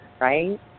right